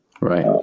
Right